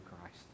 Christ